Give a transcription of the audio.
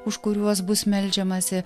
už kuriuos bus meldžiamasi